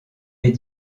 les